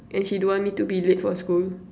and she don't want me to be late for school